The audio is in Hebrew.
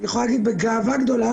אני יכולה להגיד בגאווה גדולה,